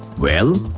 well,